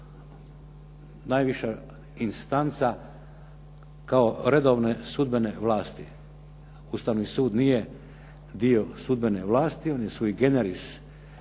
Ustavni sud nije dio sudbene vlasti. On je sui generis